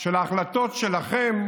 של ההחלטות שלכם,